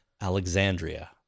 Alexandria